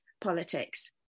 politics